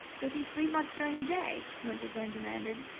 does he sleep much during the day? winterbourne demanded.